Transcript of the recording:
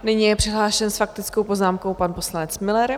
Nyní je přihlášen s faktickou poznámkou pan poslanec Müller.